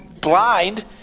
blind